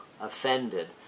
offended